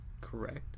Correct